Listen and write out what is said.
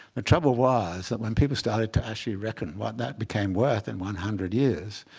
the trouble was that when people started to actually reckon what that became worth in one hundred years,